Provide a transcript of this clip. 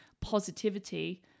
positivity